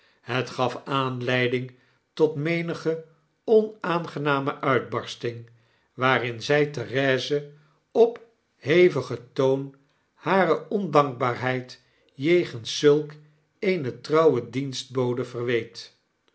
het gaf aanleiding tot menige onaangename uitbarsting waarin zjj therese op hevigen toon hare ondankbaarheid jegens zulk eene trouwe dienstbode verweet